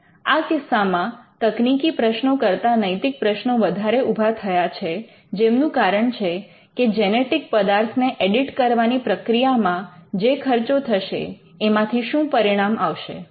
આ કિસ્સામાં તકનીકી પ્રશ્નો કરતા નૈતિક પ્રશ્નો વધારે ઉભા થયા છે જેમનું કારણ છે કે જેનેટિક પદાર્થને એડિટ કરવાની પ્રક્રિયામાં જે ખર્ચો થશે એમાંથી શું પરિણામ આવશે